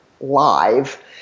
live